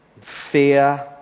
fear